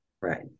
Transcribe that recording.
Right